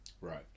right